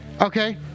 okay